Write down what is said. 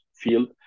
field